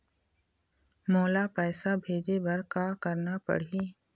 मोला पैसा भेजे बर का करना पड़ही?